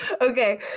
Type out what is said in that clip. okay